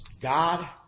God